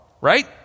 right